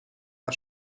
der